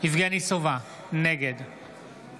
יבגני סובה, נגד